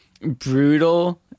brutal